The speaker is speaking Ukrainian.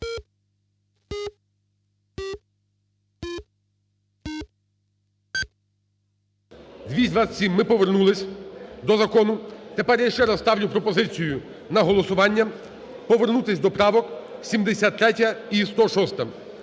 За-227 Ми повернулися до закону. Тепер я ще раз ставлю пропозицію на голосування, повернутися до правок 73 і 106.